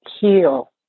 heal